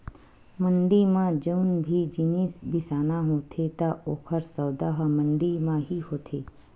मंड़ी म जउन भी जिनिस बिसाना होथे त ओकर सौदा ह मंडी म ही होथे